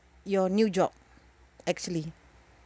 your new job actually